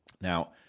Now